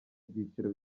byiciro